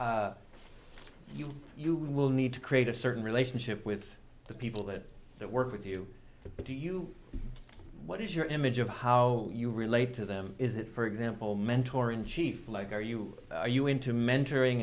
know you will need to create a certain relationship with the people that that work with you but do you what is your image of how you relate to them is it for example mentor in chief like are you are you into mentoring